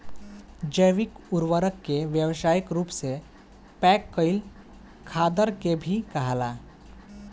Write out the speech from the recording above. जैविक उर्वरक के व्यावसायिक रूप से पैक कईल खादर के भी कहाला